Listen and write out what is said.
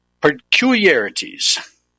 peculiarities